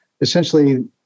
essentially